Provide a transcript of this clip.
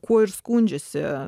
kuo ir skundžiasi